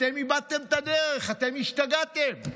אתם איבדתם את הדרך, אתם השתגעתם.